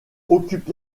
occupe